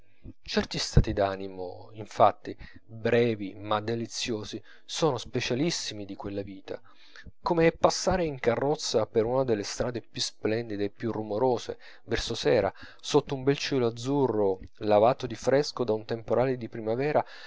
certi stati d'animo in fatti brevi ma deliziosi sono specialissimi di quella vita come è passare in carrozza per una delle strade più splendide e più rumorose verso sera sotto un bel cielo azzurro lavato di fresco da un temporale di primavera